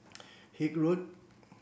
Haig Road